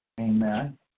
Amen